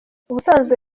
ubusanzwe